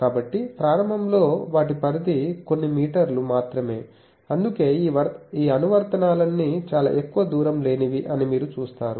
కాబట్టి ప్రారంభంలో వాటి పరిధి కొన్ని మీటర్లు మాత్రమే అందుకే ఈ అనువర్తనాలన్నీ చాలా ఎక్కువ దూరం లేనివి అని మీరు చూస్తారు